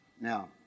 Now